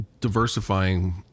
diversifying